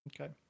okay